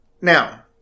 now